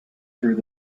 through